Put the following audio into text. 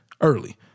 early